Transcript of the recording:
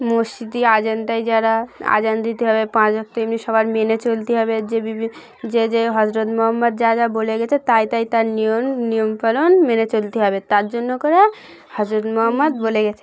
মসজিদি আজান তাই যারা আজান দিতে হবে পাঁচ ভক্ত এমনি সবার মেনে চলতে হবে যে বি যে হজরত মোহাম্মদ যা যা বলে গেছে তাই তাই তার নিয়ম নিয়ম পালন মেনে চলতে হবে তার জন্য করে হজরত মহম্মদ বলে গেছে